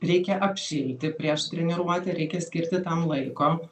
reikia apšilti prieš treniruotę reikia skirti tam laiko